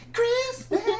Christmas